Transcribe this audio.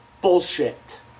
Bullshit